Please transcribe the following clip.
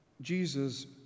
Jesus